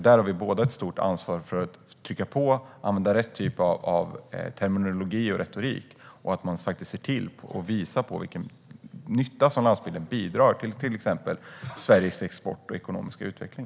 Där har vi båda ett stort ansvar för att trycka på och använda rätt typ av terminologi och retorik och att man faktiskt visar på den nytta som landsbygden bidrar med när det gäller till exempel Sveriges export och ekonomiska utveckling.